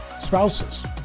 spouses